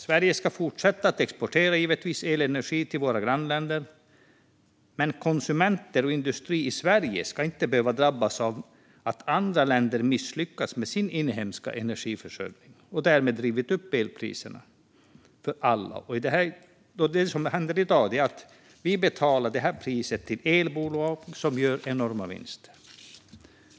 Sverige ska givetvis fortsätta att exportera elenergi till våra grannländer, men konsumenter och industrier i Sverige ska inte behöva drabbas av att andra länder misslyckats med sin inhemska energiförsörjning och därmed drivit upp elpriserna för alla. Det som händer i dag är att vi betalar dessa priser till elbolagen, som gör stora vinster.